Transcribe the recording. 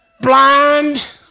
Blind